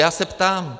Já se ptám: